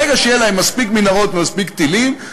ברגע שיהיו להם מספיק מנהרות ומספיק טילים,